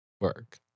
Work